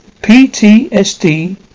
PTSD